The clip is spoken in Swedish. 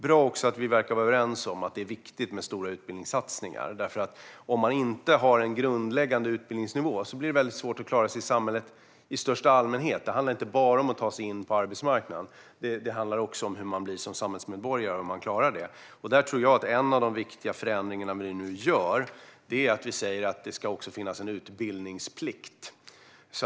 Det är också bra att vi verkar vara överens om att det är viktigt med stora utbildningssatsningar. Om man inte har en grundläggande utbildningsnivå blir det väldigt svårt att klara sig i samhället i största allmänhet. Det handlar inte bara om att ta sig in på arbetsmarknaden. Det handlar också om hur man klarar sig som samhällsmedborgare. En av de viktiga förändringar vi gör nu är införandet av utbildningsplikten.